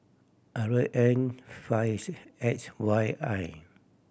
R N fives X Y I